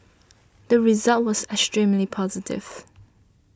the result was extremely positive